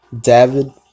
David